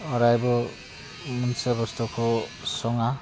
अरायबो मोनसे बस्थुखौ सङा